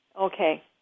Okay